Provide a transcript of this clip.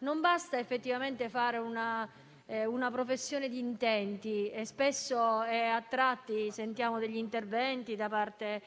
Non basta effettivamente fare una professione di intenti. Spesso e a tratti sentiamo degli interventi da parte